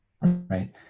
right